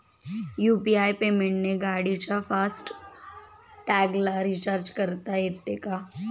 UPI पेमेंटने गाडीच्या fast टॅगला रिर्चाज करता येते का?